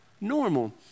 normal